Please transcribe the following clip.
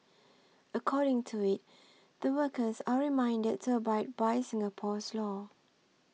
according to it the workers are reminded to abide by Singapore's law